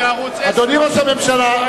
אדוני ראש הממשלה,